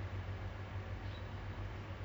so I'm not a crowd person